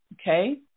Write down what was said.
Okay